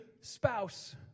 spouse